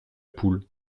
poule